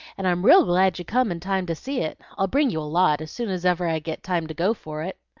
and i'm real glad you come in time to see it. i'll bring you a lot, as soon's ever i get time to go for it.